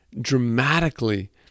dramatically